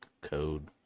code